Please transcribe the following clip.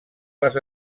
les